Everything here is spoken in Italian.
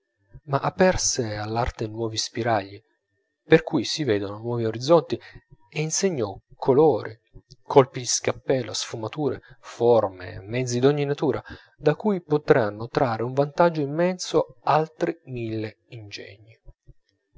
ma aperse all'arte nuovi spiragli per cui si vedono nuovi orizzonti e insegnò colori colpi di scalpello sfumature forme mezzi d'ogni natura da cui potranno trarre un vantaggio immenso altri mille ingegni